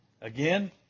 Again